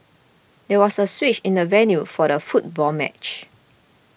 there was a switch in the venue for the football match